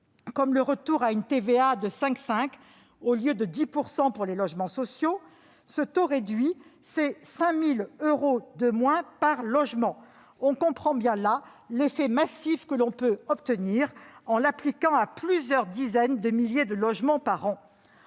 comme le retour à une TVA de 5,5 %, au lieu de 10 %, pour les logements sociaux. Ce taux réduit représente 5 000 euros de moins par logement. On comprend l'effet massif que l'on peut obtenir, en l'appliquant à plusieurs dizaines de milliers de logements par an.